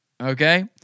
okay